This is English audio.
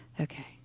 okay